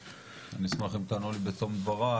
אני אשמח אם תענו לי בתום דבריי,